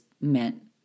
meant